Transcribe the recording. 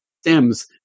stems